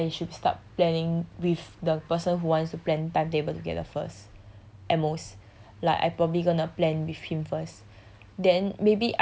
I guess I should start planning with the person who wants to plan timetable together first at most like I probably gonna plan with him first